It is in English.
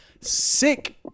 Sick